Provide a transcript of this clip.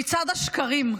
מצעד השקרים.